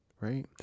Right